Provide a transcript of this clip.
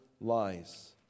lies